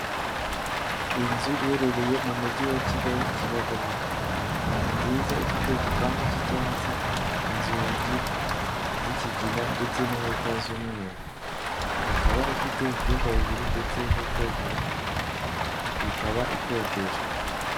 Inzu iherereye mu mujyi wa Kigali, Kibagabaga. Ni nzu nziza ifite igipangu cy'icyansi, inzugi z'ikigina ndetse n'inkuta z'umweru; ikaba ifite ibyumba bibiri ndetse n'ubwogero bumwe, ikaba ikodeshwa.